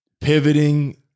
pivoting